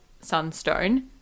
Sunstone